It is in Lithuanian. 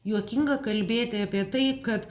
juokinga kalbėti apie tai kad